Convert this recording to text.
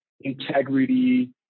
integrity